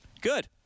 Good